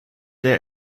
der